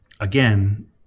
Again